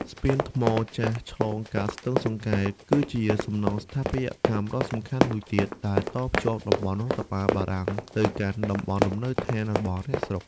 ស្ពានថ្មចាស់ឆ្លងកាត់ស្ទឹងសង្កែ គឺជាសំណង់ស្ថាបត្យកម្មដ៏សំខាន់មួយទៀត ដែលតភ្ជាប់តំបន់រដ្ឋបាលបារាំងទៅកាន់តំបន់លំនៅដ្ឋានរបស់អ្នកស្រុក។